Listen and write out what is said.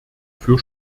für